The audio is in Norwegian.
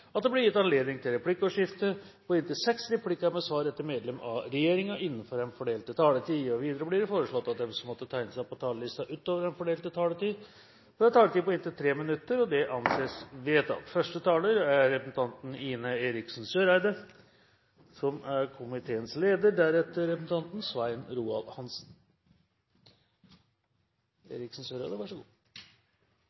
at det blir gitt anledning til replikkordskifte på inntil seks replikker med svar etter medlem av regjeringen innenfor den fordelte taletid. Videre blir det foreslått at de som måtte tegne seg på talerlisten utover den fordelte taletid, får en taletid på inntil 3 minutter. – Det anses vedtatt. Ved inngangen til 2013 er det delvis et dystert bilde som preger deler av verden. Situasjonen i Syria er